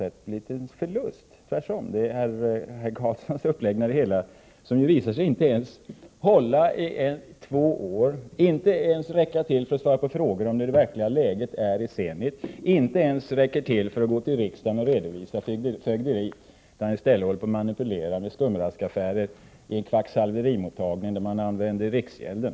Tvärtom — det är herr Carlssons uppläggning av det hela som visar sig inte ens hålla i två år, inte ens räcka till för att svara på frågor om hur det verkliga läget är i Zenit och inte ens räcka till för att gå till riksdagen och redovisa fögderiet. I stället manipulerar han med skumraskaffärer i en kvacksalverimottagning där man använder riksgälden.